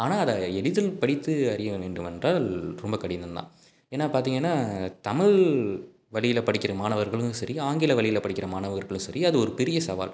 ஆனால் அதை எளிதில் படித்து அறிய வேண்டும் என்றால் ரொம்ப கடினந்தான் ஏன்னா பார்த்தீங்கன்னா தமிழ் வழியில படிக்கிற மாணவர்களும் சரி ஆங்கில வழியில படிக்கிற மாணவர்களும் சரி அது ஒரு பெரிய சவால்